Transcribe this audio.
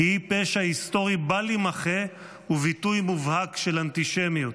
היא פשע היסטורי בל יימחה וביטוי מובהק של אנטישמיות.